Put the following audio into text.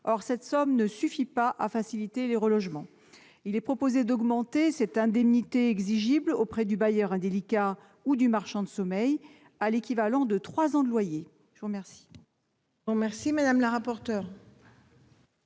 Or cette somme ne suffit pas à faciliter les relogements. Il est donc proposé d'augmenter l'indemnité exigible auprès du bailleur indélicat ou du marchand de sommeil à l'équivalent de trois ans de loyer. Quel